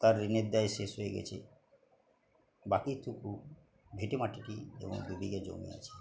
তার ঋণের দায়ে শেষ হয়ে গেছে বাকিটুকু ভিটে মাটি যেমন দুর্ভিক্ষে জমে আছে